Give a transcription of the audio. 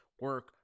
Work